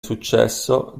successo